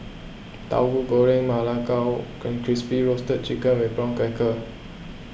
Tahu Goreng Ma Lai Gao and Crispy Roasted Chicken with Prawn Crackers